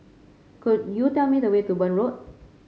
could you tell me the way to Burn Road